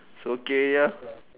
so gay ah